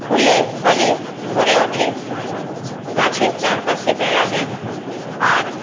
ফুলে ফলে ভরে ওঠে গাছের চারপাশে বেড়া দিই আর